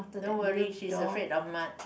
don't worry she's afraid of mud